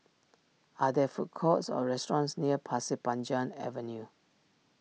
are there food courts or restaurants near Pasir Panjang Avenue